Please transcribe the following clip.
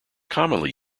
commonly